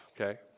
okay